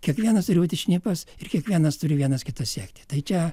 kiekvienas turi būti šnipas ir kiekvienas turi vienas kitą sekti tai čia